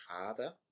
Father